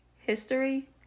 History